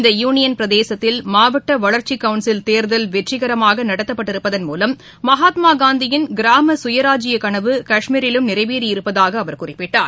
இந்த யூனியன் பிரதேசத்தில் மாவட்டவளர்ச்சிக்கவுன்சில் தேர்தல் வெற்றிகரமாகநடத்தப்பட்டிருப்பதன் மூலம் மகாத்மாகாந்தியின் கிராமசுயராஜ்ய கனவு காஷ்மீரிலும் நிறைவேறியிருப்பதாகஅவர் குறிப்பிட்டார்